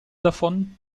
davon